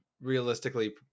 realistically